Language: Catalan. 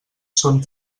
són